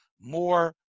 More